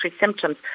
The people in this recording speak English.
symptoms